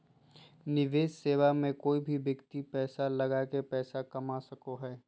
निवेश सेवा मे कोय भी व्यक्ति पैसा लगा के पैसा कमा सको हय